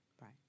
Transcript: Right